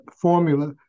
formula